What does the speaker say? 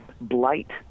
blight